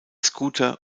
scooter